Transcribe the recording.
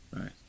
Right